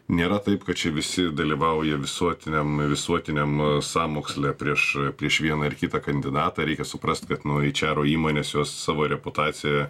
nėra taip kad čia visi dalyvauja visuotiniam visuotiniam sąmoksle prieš prieš vieną ar kitą kandidatą reikia suprasti kad nu aičero įmonės jos savo reputacija